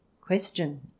question